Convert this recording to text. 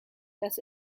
das